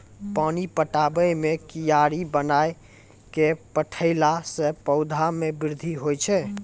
पानी पटाबै मे कियारी बनाय कै पठैला से पौधा मे बृद्धि होय छै?